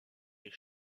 des